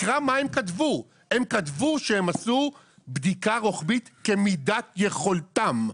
הם כתבו שהם עשו בדיקה רוחבית כמידת יכולתם.